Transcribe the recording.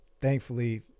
thankfully